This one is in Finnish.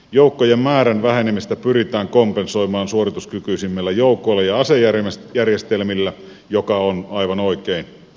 joukkojen määrän vähenemistä pyritään kompensoimaan suorituskykyisemmillä joukoilla ja asejärjestelmillä mikä on aivan oikein